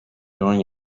going